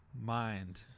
mind